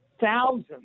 thousands